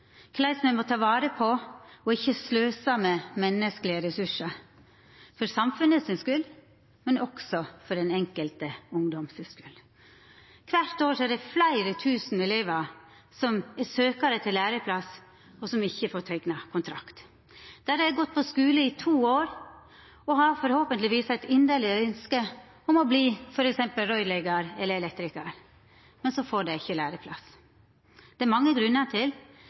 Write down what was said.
me må ta vare på og ikkje sløsa med menneskelege ressursar – for samfunnet si skuld, men også for den enkelte ungdom si skuld. Kvart år er det fleire tusen elevar som søkjer etter læreplass, og som ikkje får teikna kontrakt. Då har dei gått på skule i to år og har forhåpentleg eit inderleg ønske om å verta f.eks. røyrleggjar eller elektrikar, men så får dei ikkje læreplass. Det er det mange grunnar til,